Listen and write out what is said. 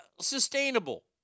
sustainable